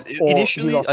Initially